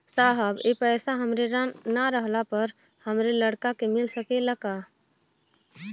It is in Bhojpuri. साहब ए पैसा हमरे ना रहले पर हमरे लड़का के मिल सकेला का?